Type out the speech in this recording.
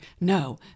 No